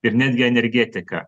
ir netgi energetika